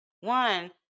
one